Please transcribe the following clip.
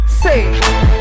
Say